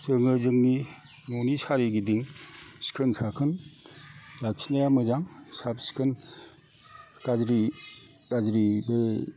जोङो जोंनि न'नि सारिगिदिं सिखोन साखोन लाखिनाया मोजां साब सिखोन गाज्रि गाज्रि बै